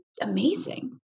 amazing